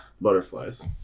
butterflies